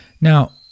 Now